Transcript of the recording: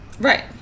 Right